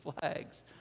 flags